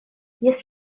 есть